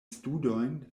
studojn